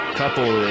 couple